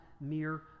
mere